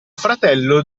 fratello